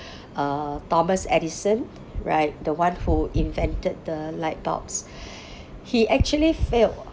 uh thomas edison right the one who invented the light bulbs he actually failed